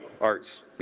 Arts